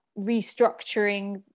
restructuring